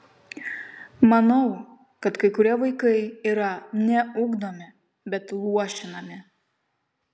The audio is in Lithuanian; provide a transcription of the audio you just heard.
manau kad kai kurie vaikai yra ne ugdomi bet luošinami